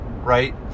Right